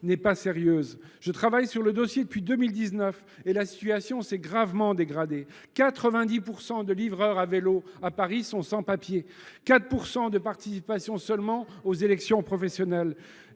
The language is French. n’est pas sérieuse. Je travaille sur le dossier depuis 2019 et la situation s’est gravement dégradée : 90 % de livreurs à vélo à Paris sont sans papiers ; il n’y a que 4 % de participation aux élections professionnelles